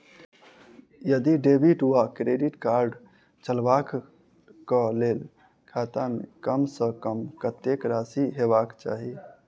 यदि डेबिट वा credit card चलबाक कऽ लेल खाता मे कम सऽ कम कत्तेक राशि हेबाक चाहि?